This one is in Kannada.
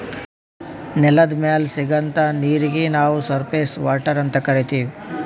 ನೆಲದ್ ಮ್ಯಾಲ್ ಸಿಗಂಥಾ ನೀರೀಗಿ ನಾವ್ ಸರ್ಫೇಸ್ ವಾಟರ್ ಅಂತ್ ಕರೀತೀವಿ